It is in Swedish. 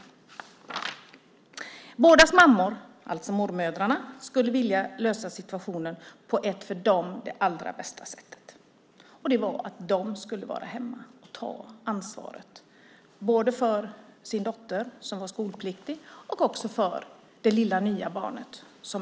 De båda unga mammornas mammor, alltså mormödrarna, skulle vilja lösa situationen på det för dem allra bästa sättet. Det var att de skulle vara hemma och ta ansvaret, både för dottern som var skolpliktig och för det lilla barnbarnet.